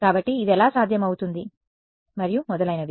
కాబట్టి ఇది ఎలా సాధ్యమవుతుంది మరియు మొదలైనవి